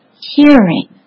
hearing